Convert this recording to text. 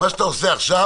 מה שאתה עושה עכשיו